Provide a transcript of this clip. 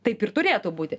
taip ir turėtų būti